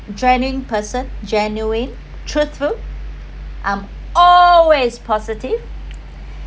genuine person genuine truthful I'm always positive